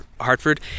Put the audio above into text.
Hartford